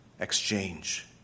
exchange